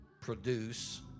produce